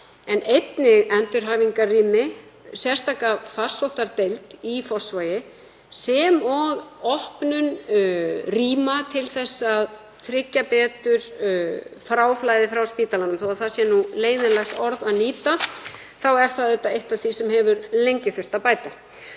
en einnig endurhæfingarrými, sérstaka farsóttardeild í Fossvogi sem og opnun rýma til að tryggja betur fráflæðið frá spítalanum. Þó að það sé leiðinlegt að nýta það orð þá er það auðvitað eitt af því sem hefur lengi þurfti að bæta.